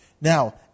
Now